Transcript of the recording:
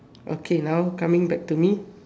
okay now coming back to me